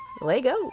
Lego